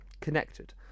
connected